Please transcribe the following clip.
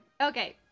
Okay